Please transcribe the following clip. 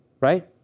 Right